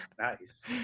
Nice